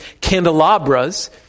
candelabras